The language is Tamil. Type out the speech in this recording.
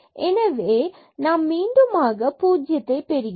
எனவே நாம் மீண்டுமாக பூஜ்ஜியத்தை பெறுகிறோம்